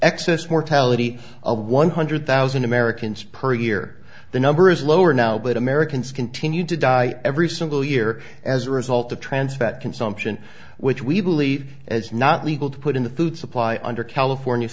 excess mortality a one hundred thousand americans per year the number is lower now but americans continue to die every single year as a result of trans fat consumption which we believe as not legal to put in the food supply under california